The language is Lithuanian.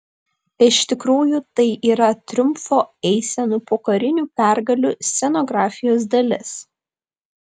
iš tikrųjų tai yra triumfo eisenų po karinių pergalių scenografijos dalis